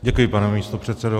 Děkuji, pane místopředsedo.